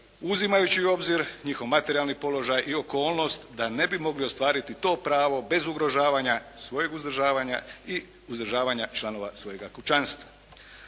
uzimajući u obzir njihov materijalni položaj i okolnost da ne bi mogli ostvariti to pravo bez ugrožavanja, svojeg uzdržavanja i uzdržavanja članova svojeg kućanstva.